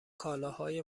کالاهای